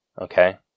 Okay